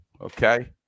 okay